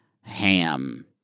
ham